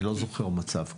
אני לא זוכר מצב כזה.